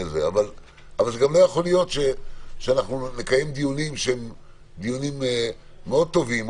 אבל לא ייתכן שנקיים דיונים מאוד טובים,